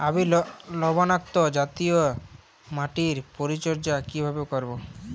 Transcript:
আমি লবণাক্ত জাতীয় মাটির পরিচর্যা কিভাবে করব?